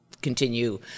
continue